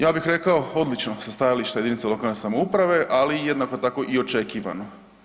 Ja bih rekao odlično sa stajališta jedinica lokalne samouprave, ali jednako tako i očekivano.